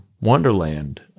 wonderland